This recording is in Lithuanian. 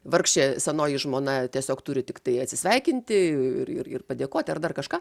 vargšė senoji žmona tiesiog turi tiktai atsisveikinti ir ir ir padėkoti ar dar kažką